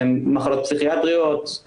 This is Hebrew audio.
מחלות פסיכיאטריות,